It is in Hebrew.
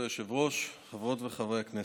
היושב-ראש, חברות וחברי הכנסת,